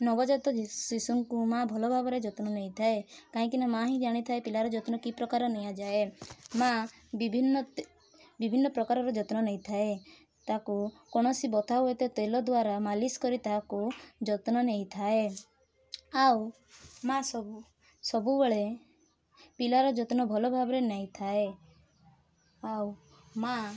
ନବଜାତ ଶିଶୁଙ୍କୁ ମାଆ ଭଲ ଭାବରେ ଯତ୍ନ ନେଇଥାଏ କାହିଁକିନା ମାଆ ହିଁ ଜାଣିଥାଏ ପିଲାର ଯତ୍ନ କି ପ୍ରକାର ନିଆଯାଏ ମାଆ ବିଭିନ୍ନ ବିଭିନ୍ନ ପ୍ରକାରର ଯତ୍ନ ନେଇଥାଏ ତାକୁ କୌଣସି ବଥା ହୁଏ ତ ତେଲ ଦ୍ୱାରା ମାଲିସ୍ କରି ତାହାକୁ ଯତ୍ନ ନେଇଥାଏ ଆଉ ମାଆ ସବୁ ସବୁବେଳେ ପିଲାର ଯତ୍ନ ଭଲ ଭାବରେ ନେଇଥାଏ ଆଉ ମାଆ